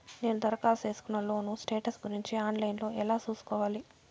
నేను దరఖాస్తు సేసుకున్న లోను స్టేటస్ గురించి ఆన్ లైను లో ఎలా సూసుకోవాలి?